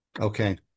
Okay